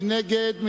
מי נגד?